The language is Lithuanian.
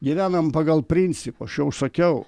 gyvenam pagal principą aš jau sakiau